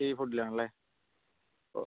see ഫുഡിൽ ആണല്ലേ ഓ